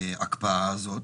להקפאה הזאת,